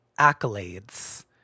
accolades